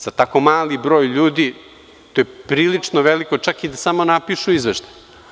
Za tako mali broj ljudi to je prilično veliko, čak i da samo napišu izveštaj.